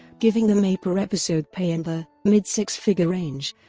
giving them a per-episode pay in the mid-six-figure range,